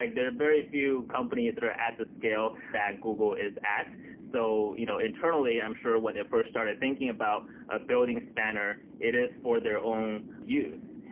like there are very few companies that are at the scale that google is at. so you know internally i'm sure when they first started thinking about ah building spanner, it is for their own use.